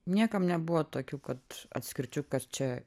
niekam nebuvo tokių kad atskirčių kad čia